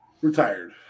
retired